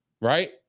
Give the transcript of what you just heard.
right